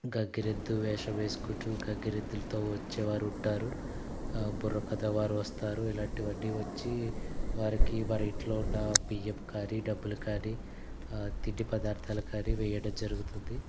గంగిరి ఎద్దు వేషం వేసుకుంటూ గంగిరి ఎద్దులతో వచ్చే వారు ఉంటారు బుర్రకథ వారు వస్తారు ఇలాంటివన్ని వచ్చి వారికి మన ఇంట్లో ఉన్న బియ్యం కాని డబ్బులు కాని తిండి పదార్థాలు కాని వేయడం జరుగుతుంది